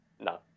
No